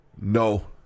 No